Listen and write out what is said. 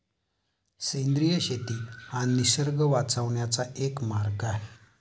सेंद्रिय शेती हा निसर्ग वाचवण्याचा एक मार्ग आहे